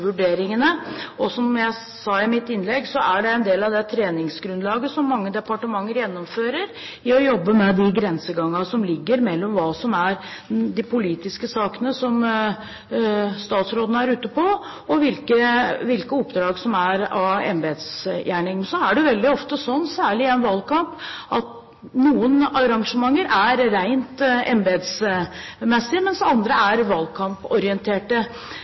vurderingene. Og som jeg sa i mitt innlegg, er det slik at en del av det treningsgrunnlaget som mange departementer gjennomfører, er å jobbe med de grensegangene som ligger mellom hva som er de politiske oppdrag som statsråden er ute på, og hvilke oppdrag som er embetsgjerning. Så er det veldig ofte slik – særlig i en valgkamp – at noen arrangementer er rent embetsmessige, mens andre er